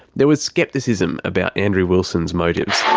there was scepticism about andrew wilson's motives.